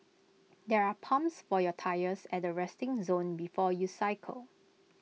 there are pumps for your tyres at the resting zone before you cycle